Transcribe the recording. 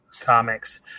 comics